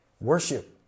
Worship